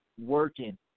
Working